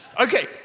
okay